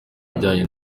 ibijyanye